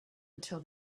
until